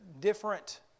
different